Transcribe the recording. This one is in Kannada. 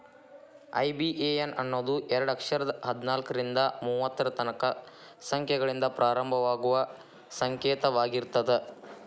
ಐ.ಬಿ.ಎ.ಎನ್ ಅನ್ನೋದು ಎರಡ ಅಕ್ಷರದ್ ಹದ್ನಾಲ್ಕ್ರಿಂದಾ ಮೂವತ್ತರ ತನಕಾ ಸಂಖ್ಯೆಗಳಿಂದ ಪ್ರಾರಂಭವಾಗುವ ಸಂಕೇತವಾಗಿರ್ತದ